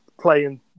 playing